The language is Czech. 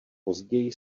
později